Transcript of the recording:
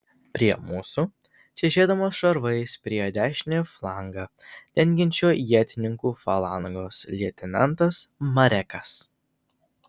prie mūsų čežėdamas šarvais priėjo dešinį flangą dengiančio ietininkų falangos leitenantas marekas